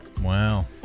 Wow